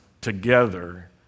together